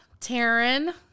Taryn